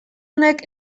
honek